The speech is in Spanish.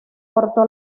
cortó